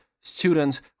students